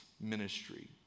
ministry